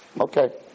Okay